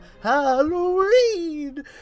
Halloween